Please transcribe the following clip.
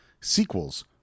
Sequels